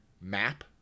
map